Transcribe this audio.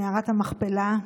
במערת המכפלה,